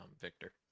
Victor